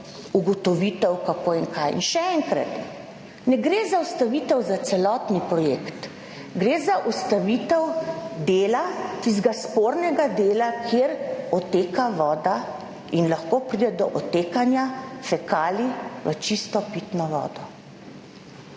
ugotovitev kako in kaj. In še enkrat, ne gre za ustavitev, za celotni projekt, gre za ustavitev dela tistega spornega dela, kjer odteka voda in lahko pride do odtekanja fekalij v čisto pitno vodo.